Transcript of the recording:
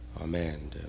amen